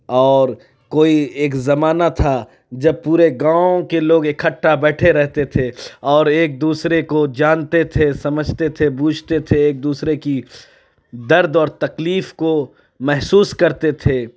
اور کوئی ایک زمانہ تھا جب پورے گاؤں کے لوگ اکٹھا بیٹھے رہتے تھے اور ایک دوسرے کو جانتے تھے سمجھتے تھے بوجھتے تھے ایک دوسرے کی درد اور تکلیف کو محسوس کرتے تھے